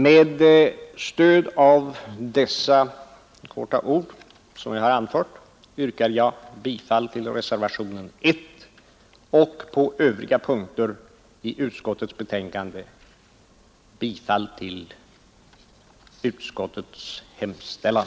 Med stöd av vad jag anfört yrkar jag bifall till reservationen 1 och på övriga punkter i utskottets betänkande bifall till utskottets hemställan.